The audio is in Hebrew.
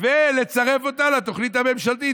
ולצרף אותה לתוכנית הממשלתית,